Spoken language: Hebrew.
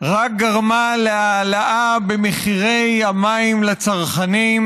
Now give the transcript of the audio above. רק גרמה להעלאה במחירי המים לצרכנים,